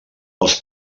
els